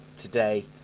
today